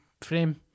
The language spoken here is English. frame